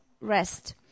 rest